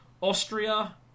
Austria